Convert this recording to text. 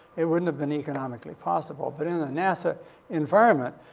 it wouldn't have been economically possible. but in the nasa environment,